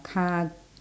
car